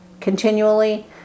continually